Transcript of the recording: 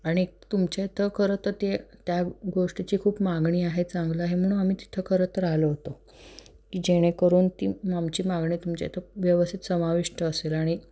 आणि तुमच्या इथं खरं तर ते त्या गोष्टीची खूप मागणी आहे चांगलं आहे म्हणून आम्ही तिथं खरं तर आलो होतो की जेणेकरून ती आमची मागणी तुमच्या इथं व्यवस्थित समाविष्ट असेल आणि